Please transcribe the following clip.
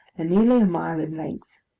and nearly a mile in length.